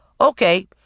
Okay